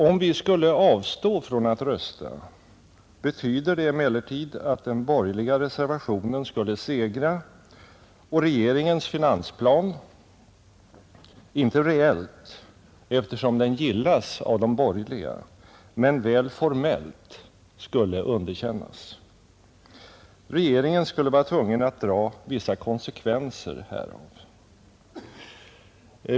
Om vi skulle avstå från att rösta betyder det emellertid att den borgerliga reservationen skulle segra och regeringens finansplan, icke reellt, eftersom den gillas av de borgerliga, men väl formellt, skulle underkännas. Regeringen skulle vara tvungen att dra vissa konsekvenser härav.